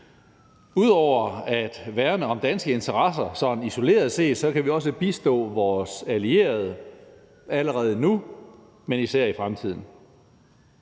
Ud over at værne om danske interesser sådan isoleret set kan vi også bistå vores allierede allerede nu, men især i fremtiden.